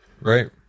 Right